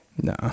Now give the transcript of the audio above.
No